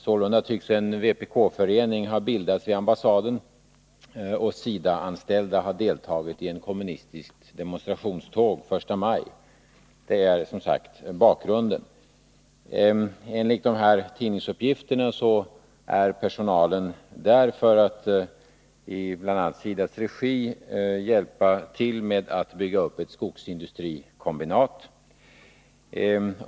Sålunda tycks en vpk-förening ha bildats vid ambassaden och SIDA-anställda ha deltagit i ett kommunistiskt demonstrationståg den 1 maj. Enligt dessa tidningsuppgifter är personalen där för att i bl.a. SIDA:s regi hjälpa till med att bygga upp ett skogsindustrikombinat.